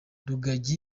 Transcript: rugagi